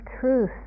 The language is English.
truth